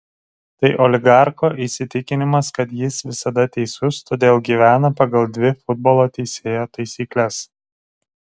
tai oligarcho įsitikinimas kad jis visada teisus todėl gyvena pagal dvi futbolo teisėjo taisykles